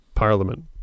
parliament